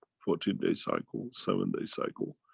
fourteen days cycle, seven-day cycle,